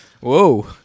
Whoa